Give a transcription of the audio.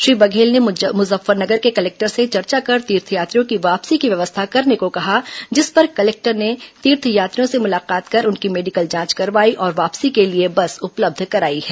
श्री बघेल ने मुजफ्फरनगर के कलेक्टर से चर्चा कर तीर्थयात्रियों की वापसी की व्यवस्था करने को कहा जिस पर कलेक्टर ने तीर्थयात्रियों से मुलाकात कर उनकी मेडिकल जांच करवाई और वापसी के लिए बस उपलब्ध कराई है